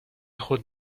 خود